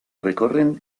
recorren